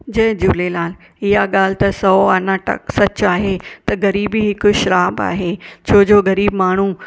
जय झूलेलाल इहा ॻाल्हि त सौ आना टक सच आहे त ग़रीबी हिकु श्राप आहे छो जो ग़रीब माण्हू